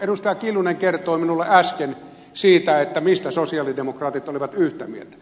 kimmo kiljunen kertoi minulle äsken siitä mistä sosialidemokraatit olivat yhtä mieltä